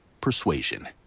persuasion